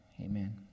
amen